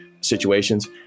situations